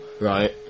Right